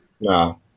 No